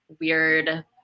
weird